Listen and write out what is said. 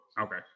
okay